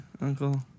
uncle